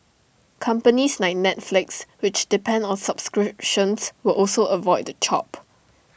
companies like Netflix which depend on subscriptions will also avoid the chop